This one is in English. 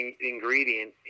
ingredient